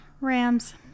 Rams